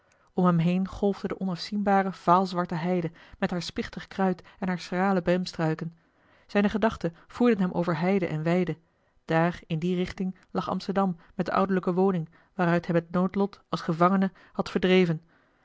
om hem heen golfde de onafzienbare vaalzwarte heide met haar spichtig kruid en hare schrale bremstruiken zijne gedachten voerden hem over heide en weide daar in die richting lag amsterdam met de ouderlijke woning waaruit hem het noodlot als gevangene had verdreven